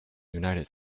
united